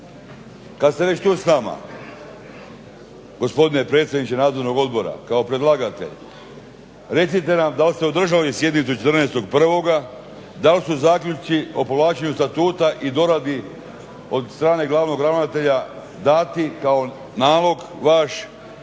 Kada ste već tu s nama gospodine predsjedniče nadzornog odbora kao predlagatelj, recite nam da li ste održali sjednicu 14.1.? da li su zaključci o povlačenju statuta i doradi od strane glavnog ravnatelja dati kao nalog vaš?